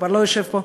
כבר לא יושב פה,